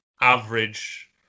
average